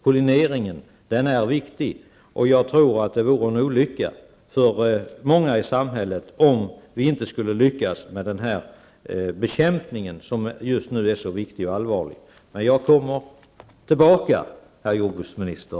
Pollineringen är viktig. Det vore en olycka för många i samhället om vi inte skulle lyckas med denna bekämpning som just nu är så viktig. Jag kommer tillbaka, herr jordbruksminister.